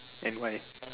and why